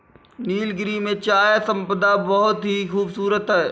नीलगिरी में चाय संपदा बहुत ही खूबसूरत है